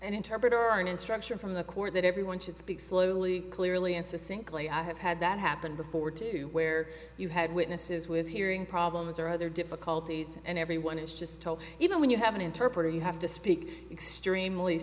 an interpreter an instruction from the court that everyone should speak slowly clearly insisting clay i have had that happen before too where you have witnesses with hearing problems or other difficulties and everyone is just told even when you have an interpreter you have to speak extremely